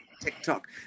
TikTok